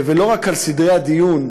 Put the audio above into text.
ולא רק על סדרי הדיון,